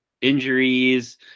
injuries